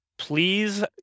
Please